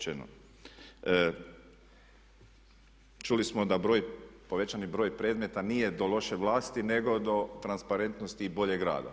Čuli smo da broj, povećani broj predmeta nije do loše vlasti nego do transparentnosti i boljeg rada.